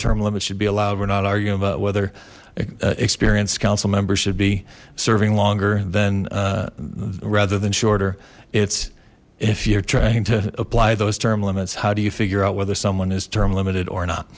term limits should be allowed we're not arguing about whether experienced council members should be serving longer than rather than shorter it's if you're trying to apply those term limits how do you figure out whether someone is term limited or not